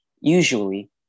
usually